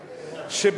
אחרים,